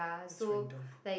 that's random